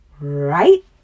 Right